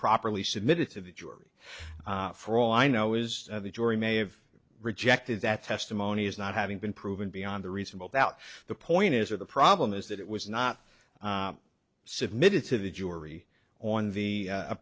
properly submitted to the jury for all i know is the jury may have rejected that testimony as not having been proven beyond a reasonable doubt the point is or the problem is that it was not submitted to the jury on the